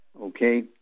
okay